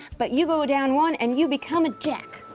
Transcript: but you go down one and you become a jack,